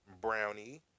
Brownie